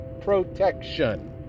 Protection